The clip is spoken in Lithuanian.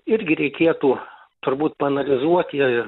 irgi reikėtų turbūt paanalizuoti ir